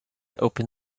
open